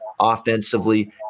offensively